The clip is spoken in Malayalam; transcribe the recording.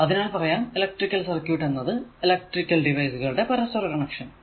അതിനാൽ പറയാംഇലെക്ട്രിക്കൽ സർക്യൂട് എന്നത് ഇലെക്ട്രിക്കൽ ഡിവൈസുകളുടെ പരസ്പര കണക്ഷൻ ആണ്